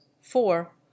four